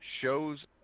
shows